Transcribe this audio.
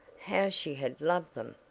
how she had loved them!